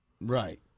Right